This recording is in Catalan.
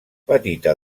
petita